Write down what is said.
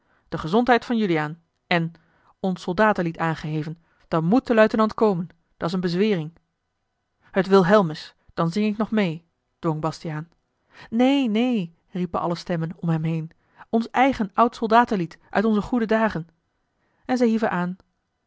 de gezondheid van juliaan en ons soldatenlied aangeheven dan moet de luitenant komen dat's eene bezwering het wilhelmus dat zing ik nog meê dwong bastiaan neen neen riepen alle stemmen om hem heen ons eigen oud soldatenlied uit onze goede dagen en zij hieven aan